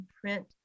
print